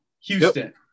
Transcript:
Houston